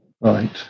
right